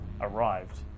arrived